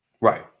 Right